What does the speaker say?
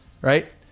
right